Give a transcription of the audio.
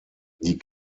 die